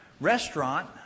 restaurant